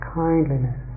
kindliness